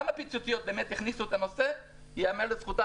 גם הפיצוציות הכניסו את הנושא וזה ייאמר לזכותם.